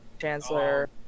Chancellor